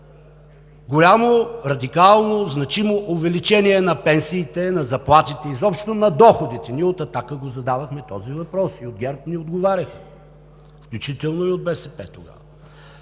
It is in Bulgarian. Голямо, радикално, значимо увеличение на пенсиите, на заплатите, изобщо на доходите – от „Атака“ задавахме този въпрос, и от ГЕРБ ни отговаряха, включително и от БСП тогава.